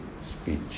Speech